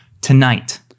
Tonight